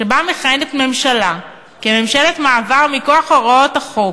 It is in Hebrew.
שבה מכהנת ממשלה כממשלת מעבר מכוח הוראות החוק,